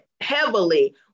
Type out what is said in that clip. heavily